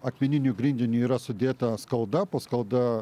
akmeniniu grindiniu yra sudėta skalda po skalda